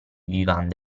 vivande